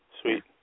Sweet